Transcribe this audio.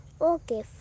Okay